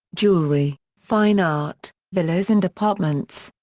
jewellery, fine art, villas and apartments.